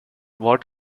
what